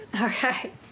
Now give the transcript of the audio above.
Okay